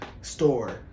store